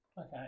Okay